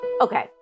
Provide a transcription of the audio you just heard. Okay